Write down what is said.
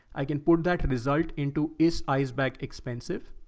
i can put that result into is ice bag expensive.